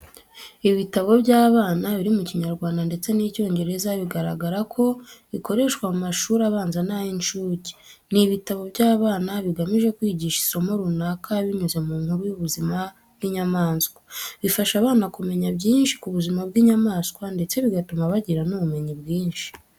Ibitabo by’abana, biri mu Kinyarwanda ndetse n’Icyongereza, bigaragara ko bikoreshwa mu mashuri abanza n'ayincuke. Ni ibtabo by’abana bigamije kwigisha isomo runaka binyuze mu nkuru y’ubuzima bw’inyamaswa. Bifasha abana kumenya byinshi ku buzima bw'inyamanswa ndetse bigatuma bagira n'ubumenyi bwinshi.